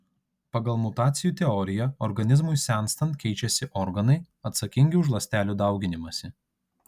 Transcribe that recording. pagal mutacijų teoriją organizmui senstant keičiasi organai atsakingi už ląstelių dauginimąsi